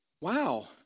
wow